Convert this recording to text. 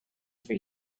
for